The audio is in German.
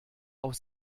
auf